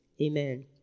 Amen